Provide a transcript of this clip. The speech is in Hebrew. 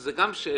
וזאת גם שאלה